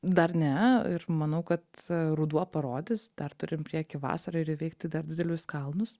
dar ne ir manau kad ruduo parodys dar turim prieky vasarą ir įveikti dar didelius kalnus